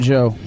Joe